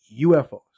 UFOs